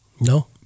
No